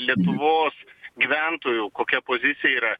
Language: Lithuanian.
lietuvos gyventojų kokia pozicija yra